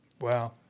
Wow